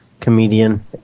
Comedian